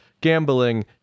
gambling